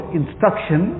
instruction